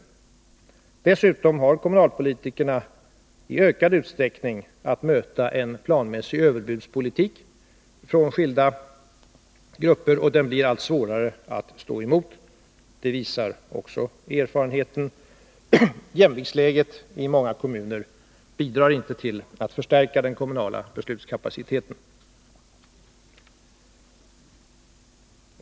Dessutom har kommunalmännen i ökad utsträckning att möta en planmässig överbudspolitik från skilda grupper, och den blir allt svårare att stå emot — det visar också erfarenheten. Jämviktsläget i många kommuner bidrar inte till att förstärka Nr 30 den kommunala beslutskapaciteten.